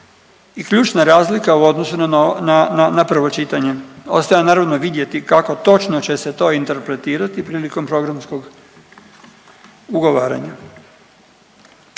i ključna razlika u odnosu na, na, na prvo čitanje, ostaje naravno vidjeti kako točno će se to interpretirati prilikom programskog ugovaranja.